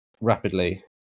rapidly